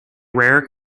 rare